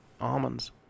Almonds